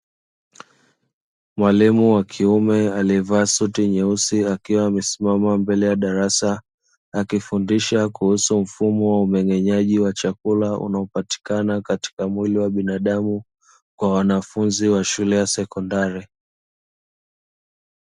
Mwalimu wa kiume aliyevaa suti nyeusi akiwa amesimama mbele ya darasa, akifundisha kuhusu mfumo wa umeng'enyaji wa chakula unaopatikana katika mwili wa binadamu kwa wanafunzi wa shule ya sekondari.